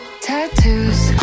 tattoos